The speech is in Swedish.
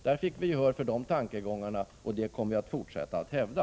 Där fick vi gehör för våra tankegångar, och dem kommer vi att fortsätta att hävda.